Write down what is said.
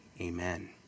Amen